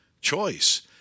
choice